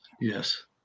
yes